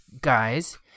guys